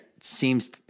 seems